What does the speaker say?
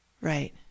right